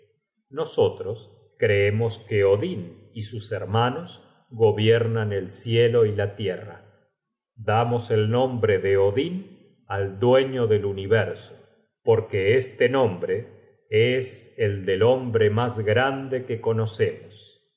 nosotros creemos que odin y sus hermanos gobiernan el cielo y la tierra damos el nombre de odin al dueño del universo porque este nombre es el del hombre mas grande que conocemos